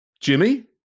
Jimmy